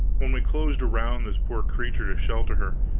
when we closed around this poor creature to shelter her,